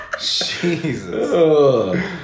Jesus